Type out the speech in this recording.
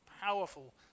powerful